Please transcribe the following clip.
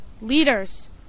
leaders